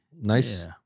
nice